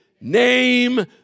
name